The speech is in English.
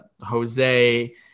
Jose